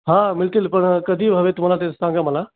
हा मिळतील पण कधी हवे आहेत तुम्हाला ते सांगा मला